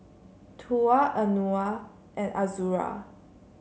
Tuah Anuar and Azura